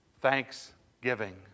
Thanksgiving